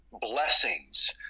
blessings